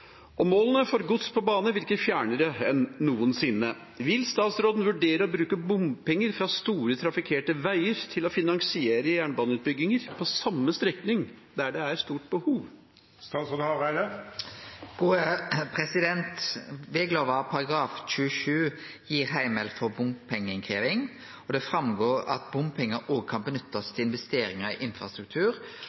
og målene for gods på bane virker fjernere enn noensinne. Vil statsråden vurdere å bruke bompenger fra store, trafikkerte veier til å finansiere jernbaneutbygginger på samme strekning der det er stort behov?» Veglova § 27 gir heimel for å krevje inn bompengar, og det går fram at bompengar òg kan nyttast til investeringar i infrastruktur